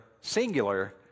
singular